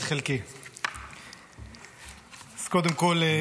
קודם כול,